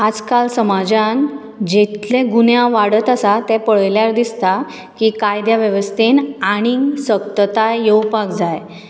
आज काल समाजान जितलें गुन्यांव वाडत आसा ते पळयल्यार दिसता की कायद्या वेवस्थेन आनीक सक्तताय येवपाक जाय